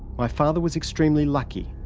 my father was extremely lucky,